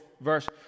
verse